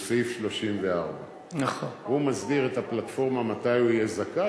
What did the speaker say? הוא סעיף 34. הוא מסדיר את הפלטפורמה מתי הוא יהיה זכאי,